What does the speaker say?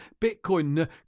Bitcoin